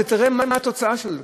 ותראה מה התוצאה של הדבר.